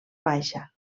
baixa